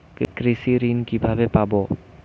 কৃষি ঋন কিভাবে পাব?